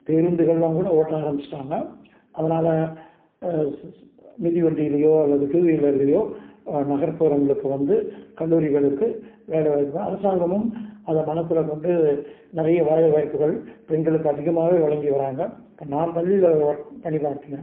பேருந்துகளெலாம் கூட ஓட்ட ஆரமிச்சுட்டாங்க அதனால் மிதி வண்டியிலேயோ அல்லது டூ வீலர்லேயோ நகர்புறங்களுக்கு வந்து கல்லூரிகளுக்கு வேலை வாய்ப்பாக அரசாங்கமும் அதை மனசில் கொண்டு நிறைய வேலை வாய்ப்புகள் பெண்களுக்கு அதிகமாகவே வழங்கி வராங்க இப்போ நான் பள்ளியில் ஒர்க் பண்ணி காட்டின